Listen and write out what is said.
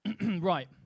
Right